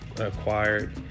acquired